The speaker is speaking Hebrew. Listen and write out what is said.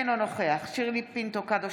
אינו נוכח שירלי פינטו קדוש,